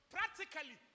Practically